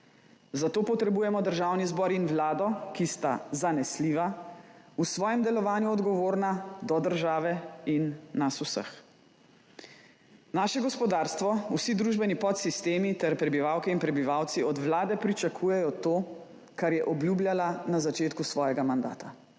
Zato potrebujemo državni zbor in vlado, ki sta zanesljiva, v svojem delovanju odgovorna do države in nas vseh. Naše gospodarstvo, vsi družbeni podsistemi ter prebivalke in prebivalci od vlade pričakujejo to, kar je obljubljala na začetku svojega mandata